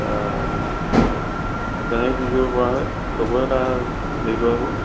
কেনেকে কি কৰিব পাৰোঁ চবৰে এটা হেৰি লোৱা হ'ব